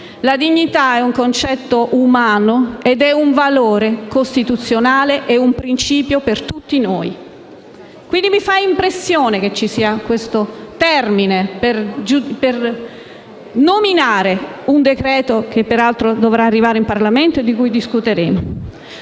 La dignità è un concetto umano, un valore costituzionale e un principio per tutti noi. Quindi, mi fa impressione che si usi questo termine per nominare un decreto-legge, che peraltro dovrà arrivare in Parlamento ed essere discusso.